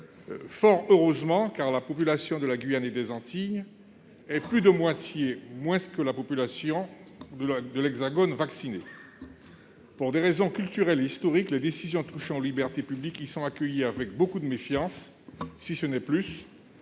Fort heureusement, dirais-je, car la population de la Guyane et des Antilles est deux fois moins vaccinée que la population de l'Hexagone. Pour des raisons culturelles et historiques, les décisions touchant aux libertés publiques y sont accueillies avec beaucoup de méfiance, pour ne pas